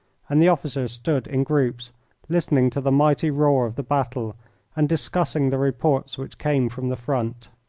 and the officers stood in groups listening to the mighty roar of the battle and discussing the reports which came from the front.